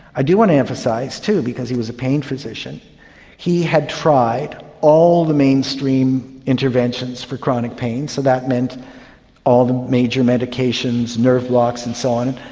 i do want to emphasise too that because he was a pain physician he had tried all the mainstream interventions for chronic pain. so that meant all the major medications, nerve blocks and so on,